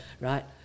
right